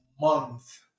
month